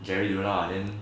jerry deal lah then